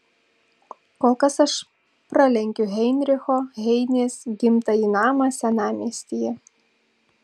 kol kas aš pralenkiu heinricho heinės gimtąjį namą senamiestyje